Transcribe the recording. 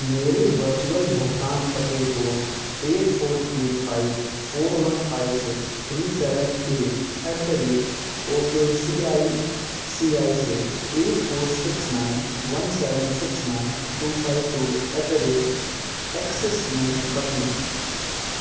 मेरे वर्चुअल भुगतान पते को eight four eight five four one five six three seven eight eight the rate A C I C I से eight four six nine one seven six nine two five two eight the rate Axis में बदलें